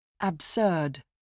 Absurd